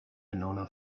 venona